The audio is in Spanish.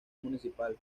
municipal